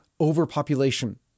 overpopulation